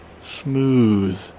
smooth